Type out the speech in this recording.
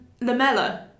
Lamella